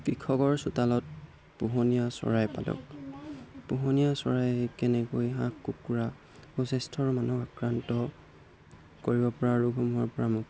কৃষকৰ চোতালত পোহনীয়া চৰাই পালক পোহনীয়া চৰাইয়ে কেনেকৈ হাঁহ কুকুৰা সুস্বাস্থ্যৰ মানুহ আক্ৰান্ত কৰিব পৰা ৰোগসমূহৰ পৰা মুক্ত